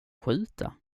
skjuta